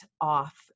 off